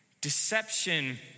Deception